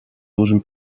dużym